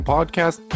Podcast